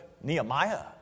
Nehemiah